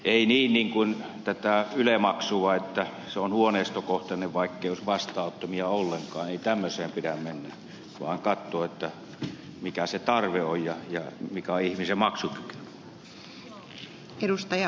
ei pidä mennä tämmöiseen kuin tässä yle maksussa että se on huoneistokohtainen vaikkei olisi vastaanottimia ollenkaan vaan pitää katsoa mikä se tarve on ja mikä on ihmisen maksukyky